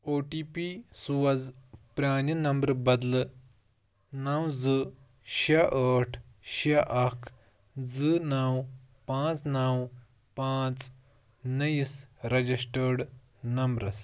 او T P سوز پرٛانہِ نمبرٕ بدلہٕ نَو زٕ شےٚ ٲٹھ شےٚ اَکھ زٕ نَو پانٛژھ نَو پانٛژھ نٔیِس رجسٹرٲرٕڈ نمبرَس